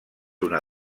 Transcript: una